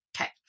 Okay